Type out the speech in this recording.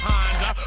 Honda